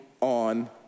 on